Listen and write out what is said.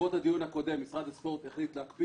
בעקבות הדיון הקודם משרד הספורט החליט להקפיא